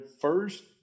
first